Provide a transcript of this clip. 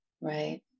Right